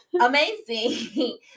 amazing